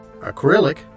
acrylic